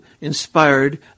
inspired